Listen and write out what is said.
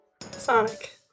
Sonic